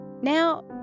Now